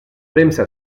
premsa